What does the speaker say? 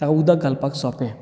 ताका उदक घालपाक सोंपें